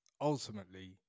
ultimately